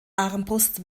armbrust